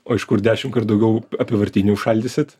o iš kur dešimtkart daugiau apyvartinių užšaldysit